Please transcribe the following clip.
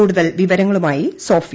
കൂടുതൽ വിവരങ്ങളുമായി സോഫിയ